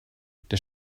der